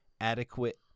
adequate